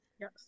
Yes